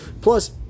plus